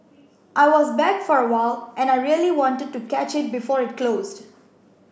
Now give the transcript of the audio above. I was back for a while and I really wanted to catch it before it closed